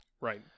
right